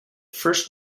first